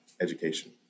education